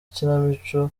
ikinamico